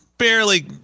Barely